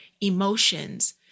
emotions